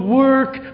work